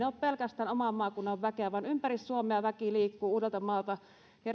ole pelkästään oman maakunnan väkeä vaan ympäri suomea väki liikkuu uudeltamaalta